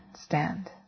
stand